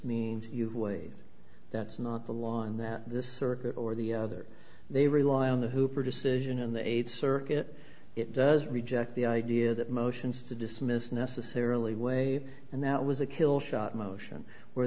means you've waited that's not the line that this circuit or the other they rely on the hooper decision in the eighth circuit it does reject the idea that motions to dismiss necessarily way and that was a kill shot motion where